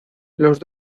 los